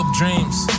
dreams